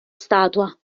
statua